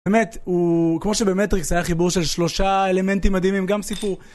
באמת, הוא... כמו שבמטריקס היה חיבור של שלושה אלמנטים מדהימים, גם סיפור.